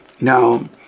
Now